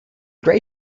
grey